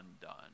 undone